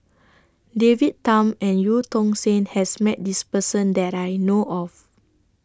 David Tham and EU Tong Sen has Met This Person that I know of